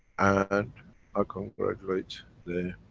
and i congratulate the.